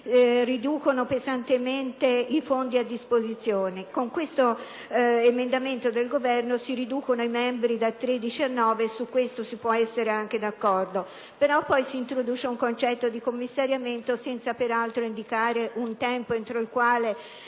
si riducono pesantemente i fondi a disposizione. Con questo articolo 12-*ter* si riconducono i membri da 13 a 9, e su questo si può essere anche d'accordo; però poi si introduce un concetto di commissariamento, senza peraltro indicare un tempo entro il quale